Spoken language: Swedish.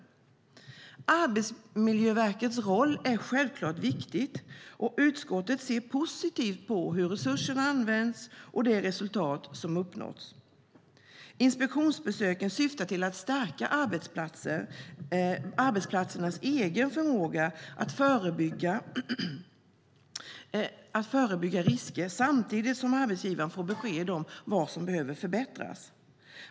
Arbetsmiljöverkets roll är självklart viktig, och utskottet ser positivt på hur resurserna används och på det resultat som uppnåtts. Inspektionsbesöken syftar till att stärka arbetsplatsernas egen förmåga att förebygga risker samtidigt som arbetsgivaren får besked om vad som behöver förbättras.